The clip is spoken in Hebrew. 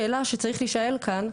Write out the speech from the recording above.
שאלה שצריכה להישאל כאן,